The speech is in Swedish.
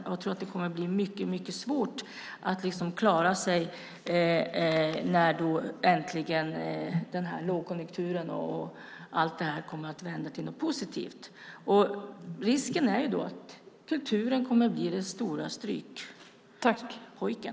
Jag tror att det kommer att bli mycket svårt att klara sig när denna lågkonjunktur är över och allt detta kommer att vändas till något positivt. Risken är då att kulturen kommer att bli den stora strykpojken.